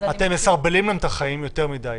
אתם מסרבלים להם את החיים יותר מידי.